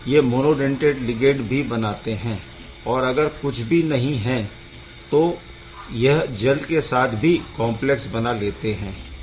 यह monodentate ligand भी बनाते है और अगर कुछ भी नहीं है तो यह जल के साथ भी कॉम्प्लेक्स बना लेते है